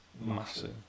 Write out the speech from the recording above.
Massive